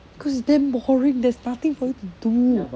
cause it's damn boring there's nothing for you to do